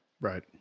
Right